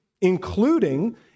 including